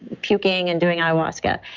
puking and doing ayahuasca.